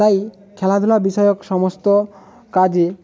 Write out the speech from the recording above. তাই খেলাধুলা বিষয়ক সমস্ত কাজে